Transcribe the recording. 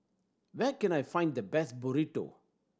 where can I find the best Burrito